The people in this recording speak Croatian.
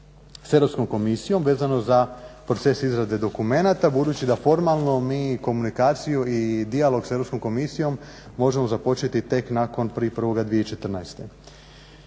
Europskom komisijom vezano za proces izrade dokumenata budući da formalno mi komunikaciju i dijalog s Europskom komisijom možemo započeti tek nakon 1.1.2014.